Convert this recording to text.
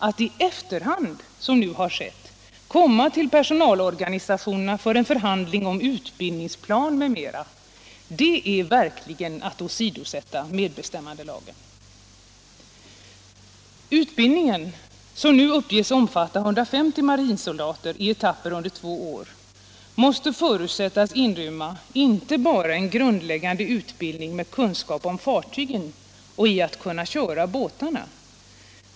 Att i efterhand, som nu har skett, komma till personalorganisationerna för en förhandling om utbildningsplan m.m. är verkligen att åsidosätta medbestämmandelagen. Utbildningen, som nu uppges omfatta 150 marinsoldater i etapper under två år, måste förutsättas inrymma inte bara en grundläggande utbildning med kunskap om fartygen och i att köra båtarna.